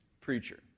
preacher